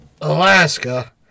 Alaska